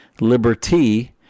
Liberty